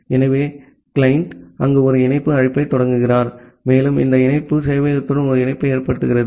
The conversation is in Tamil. ஆகவே கிளையன்ட் அங்கு ஒரு இணைப்பு அழைப்பைத் தொடங்குகிறார் மேலும் இந்த இணைப்பு சேவையகத்துடன் ஒரு இணைப்பை ஏற்படுத்துகிறது